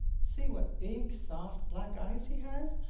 see what big, soft black eyes he has,